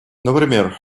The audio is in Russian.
например